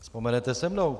Vzpomenete si se mnou.